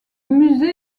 musée